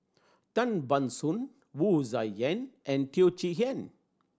Tan Ban Soon Wu Tsai Yen and Teo Chee Hean